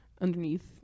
underneath